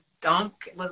dunk